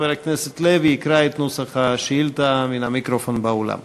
חבר הכנסת לוי יקרא את נוסח השאילתה מן המיקרופון באולם.